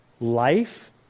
life